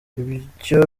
ibyo